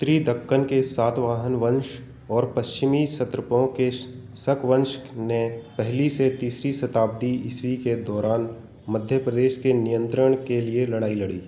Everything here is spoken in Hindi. उत्तरी दक्कन के सातवाहन वंश और पश्चिमी क्षत्रपों के शक वंश ने पहली से तीसरी शताब्दी ईस्वी के दौरान मध्य प्रदेश के नियंत्रण के लिए लड़ाई लड़ी